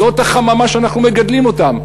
זאת החממה שבה אנחנו מגדלים אותם,